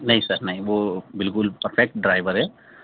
نہیں سر نہیں وہ بالکل پرفیکٹ ڈرائیور ہے